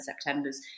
september's